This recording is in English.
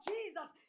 Jesus